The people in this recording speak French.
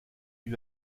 lui